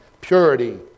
Purity